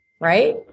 right